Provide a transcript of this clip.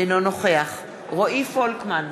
אינו נוכח רועי פולקמן,